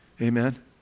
Amen